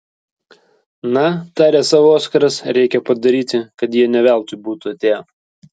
na tarė sau oskaras reikia padaryti kad jie ne veltui būtų atėję